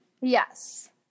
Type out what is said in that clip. Yes